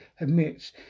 admits